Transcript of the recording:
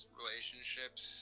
relationships